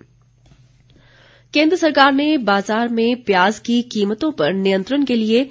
प्याज केंद्र सरकार ने बाजार में प्याज की कीमतों पर नियंत्रण के लिए